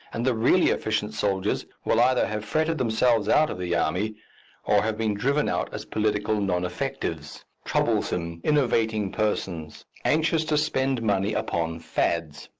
and the really efficient soldiers will either have fretted themselves out of the army or have been driven out as political non-effectives, troublesome, innovating persons anxious to spend money upon fads.